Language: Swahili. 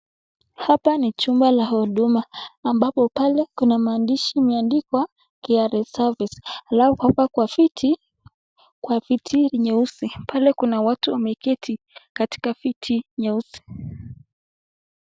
Hapa ni jumba la huduma ambapo pale kuna maandishi imeandikwa KRA service , halafu hapa kwa viti, kwa viti nyeusi. Pale kuna watu wameketi katika viti nyeusi .